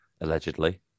allegedly